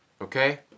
Okay